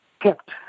kept